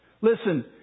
Listen